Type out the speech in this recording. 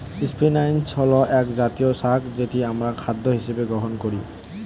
spinach হল একজাতীয় শাক যেটি আমরা খাদ্য হিসেবে গ্রহণ করি